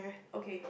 okay